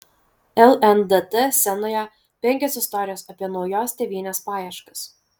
lndt scenoje penkios istorijos apie naujos tėvynės paieškas